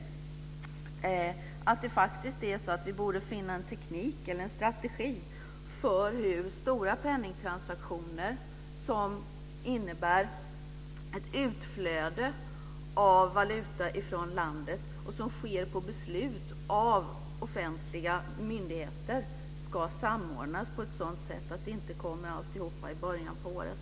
Vi borde faktiskt finna en teknik eller strategi för hur stora penningtransaktioner som innebär ett utflöde av valuta från landet och som sker på beslut av offentliga myndigheter ska samordnas på ett sådant sätt att inte alltihop kommer i början av året.